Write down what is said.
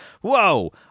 Whoa